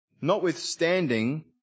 Notwithstanding